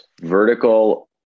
Vertical